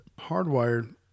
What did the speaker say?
hardwired